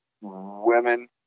women